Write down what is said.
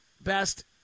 best